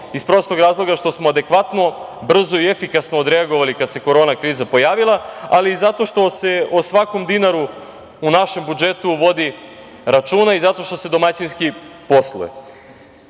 iz prostog razloga što smo adekvatno, brzo i efikasno odreagovali kad se korona kriza pojavila, ali i zato što se o svakom dinaru u našem budžetu vodi računa i zato što se domaćinski